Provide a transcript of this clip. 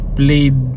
played